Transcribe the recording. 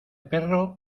perro